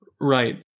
Right